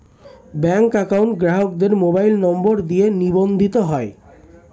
bank account গ্রাহকের mobile number দিয়ে নিবন্ধিত হয়